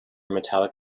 metallic